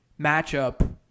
matchup